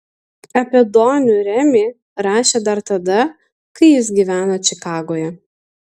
apie donių remį rašė dar tada kai jis gyveno čikagoje